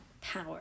power